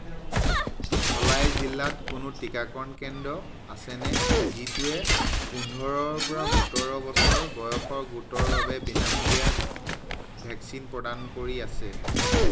ধলাই জিলাত কোনো টিকাকৰণ কেন্দ্ৰ আছেনে যিটোৱে পোন্ধৰ পৰা সোতৰ বছৰ বয়সৰ গোটৰ বাবে বিনামূলীয়া ভেকচিন প্ৰদান কৰি আছে